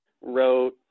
wrote